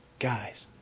guys